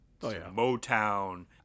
Motown